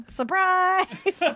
surprise